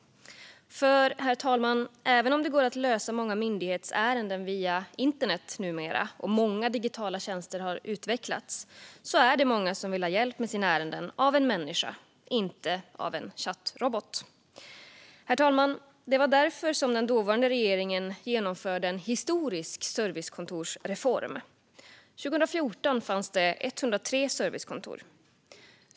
För, herr talman, även om det numera går att lösa många myndighetsärenden via internet och många digitala tjänster har utvecklats är det många som vill ha hjälp med sina ärenden av en människa och inte av en chattrobot. Herr talman! Det var därför den dåvarande regeringen genomförde en historisk servicekontorsreform. År 2014 fanns det 103 servicekontor.